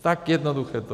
Tak jednoduché to je.